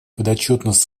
подотчетность